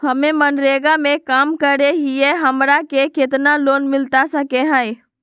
हमे मनरेगा में काम करे हियई, हमरा के कितना लोन मिलता सके हई?